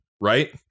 right